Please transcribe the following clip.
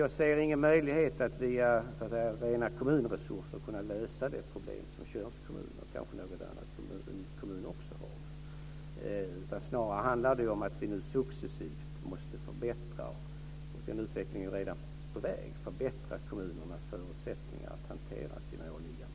Jag ser ingen möjlighet att via rena kommunresurser lösa de problem som Tjörns kommun och kanske någon annan kommun har. Snarare handlar det om att vi nu successivt måste förbättra - den utvecklingen är redan på väg - kommunernas förutsättningar att hantera sina åligganden.